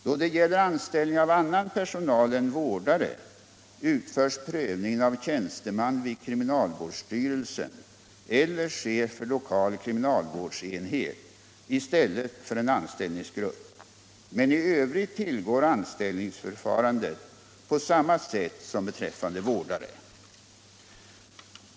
Då det gäller anställning av annan personal än vårdare utförs prövningen av tjänsteman vid kriminalvårdsstyrelsen eller chef för lokal kriminalvårdsenhet i stället för en anställningsgrupp, men i övrigt tillgår anställningsförfarandet på samma sätt som beträffande vårdare.